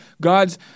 God's